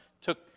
took